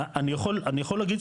אני יכול להגיד,